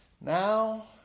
now